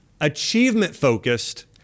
achievement-focused